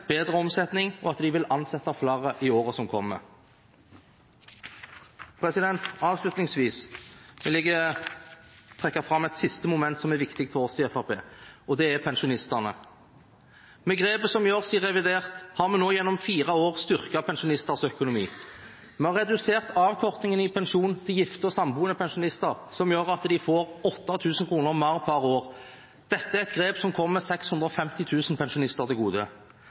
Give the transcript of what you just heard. bedre omsetning og at de vil ansette flere i året som kommer. Avslutningsvis vil jeg trekke fram et siste moment som er viktig for oss i Fremskrittspartiet. Det er pensjonistene. Med grepet som gjøres i revidert, har vi gjennom fire år styrket pensjonisters økonomi. Vi har redusert avkortingen i pensjonen til gifte og samboende pensjonister, noe som gjør at de får 8 000 kr mer per år. Dette er et grep som kommer 650 000 pensjonister til gode.